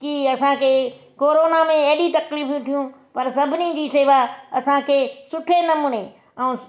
की असांखे कोरोनो में केॾी तकलीफ़ियूं थियूं पर सभिनी जी सेवा असांखे सुठे नमूने ऐं